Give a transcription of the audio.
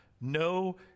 no